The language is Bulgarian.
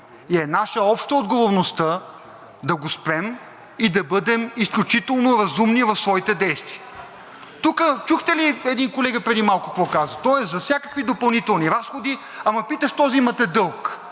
и е наша обща отговорността да го спрем и да бъдем изключително разумни в своите действия. Тук чухте ли един колега преди малко какво каза, че той е за всякакви допълнителни разходи, ама пита защо взимате дълг.